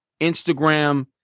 Instagram